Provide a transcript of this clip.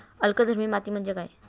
अल्कधर्मी माती म्हणजे काय?